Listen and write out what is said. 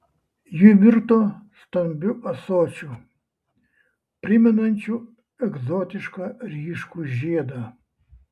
ji virto stambiu ąsočiu primenančiu egzotišką ryškų žiedą